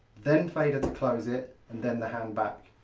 then fader to close it and then the hand back.